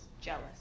jealous